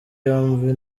yombi